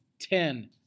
Ten